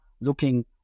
looking